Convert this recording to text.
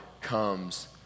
comes